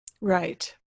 right